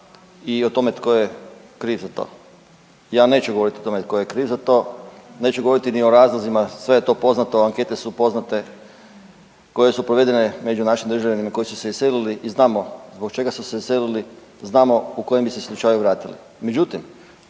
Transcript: i o tome tko je kriv za to. Ja neću govoriti o tome tko je kriv za to, neću govoriti ni o razlozima, sve je to poznato, ankete su poznate koje su provedene među našim državljanima koji su se iselili i znamo zbog čega su se iselili, znamo u kojem bi se slučaju vratili.